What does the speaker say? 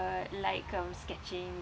uh like um sketching